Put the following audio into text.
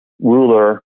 ruler